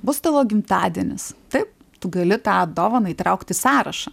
bus tavo gimtadienis taip tu gali tą dovaną įtraukt į sąrašą